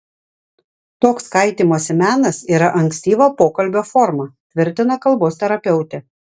toks kaitymosi menas yra ankstyva pokalbio forma tvirtina kalbos terapeutė